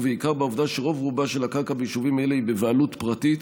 ובעיקר בעובדה שרוב-רובה של הקרקע ביישובים אלה היא בבעלות פרטית.